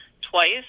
twice